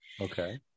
Okay